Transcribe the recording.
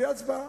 תהיה הצבעה.